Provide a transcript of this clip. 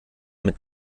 mit